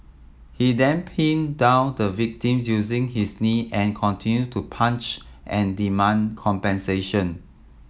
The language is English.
he then pinned down the victim using his knee and continued to punch and demand compensation